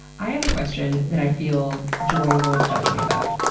i have a question that i feel joy won't judge me about.